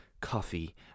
coffee